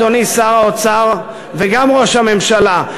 אדוני שר האוצר וגם ראש הממשלה,